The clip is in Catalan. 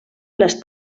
les